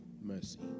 mercy